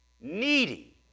needy